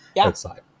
outside